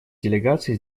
делегаций